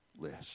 list